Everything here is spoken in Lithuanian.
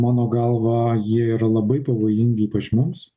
mano galva jie yra labai pavojingi ypač mums